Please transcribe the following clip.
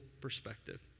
perspective